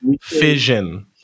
fission